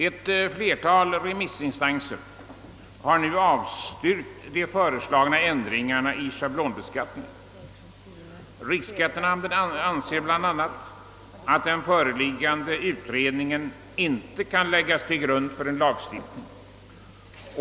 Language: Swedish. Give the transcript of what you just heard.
Ett flertal remissinstanser har nu avstyrkt de föreslagpa ändringarna i sechablonbeskattningen. Riksskattenämnden anser bl.a. att den föreliggande utredningen inte kan läggas till grund för en lagstiftning.